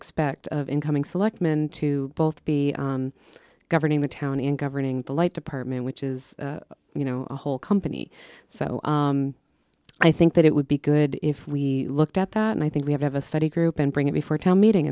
expect of incoming selectman to both be governing the town and governing the light department which is you know a whole company so i think that it would be good if we looked at that and i think we have a study group and bring it before tell meeting